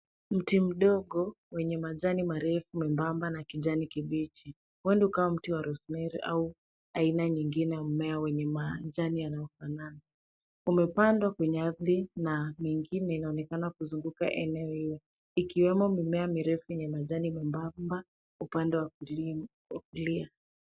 Mti mdogo wenye majani marefu membamba na kijani kibichi, huenda ukawa mti wa rosemary au aina nyingine ya mmea wenye majani yanayofanana. Umepandwa kweye ardhi na mengine inaonekana kuzunguka eneo hilo ikiwemo mimea mirefu yenye majani membamba upande wa kulia.